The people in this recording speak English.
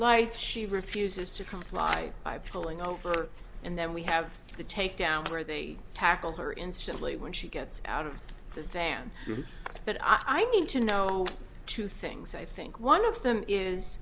lights she refuses to comply by pulling over and then we have to take down where they tackle her instantly when she gets out of the fan but i need to know two things i think one of them is